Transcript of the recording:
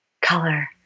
color